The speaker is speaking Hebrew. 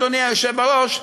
אדוני היושב-ראש,